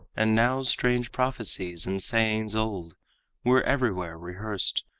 and now strange prophecies and sayings old were everywhere rehearsed,